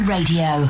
Radio